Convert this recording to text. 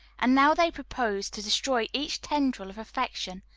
and now they proposed to destroy each tendril of affection,